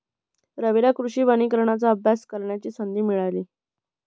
रवीला कृषी वनीकरणाचा अभ्यास करण्याची संधी मिळाली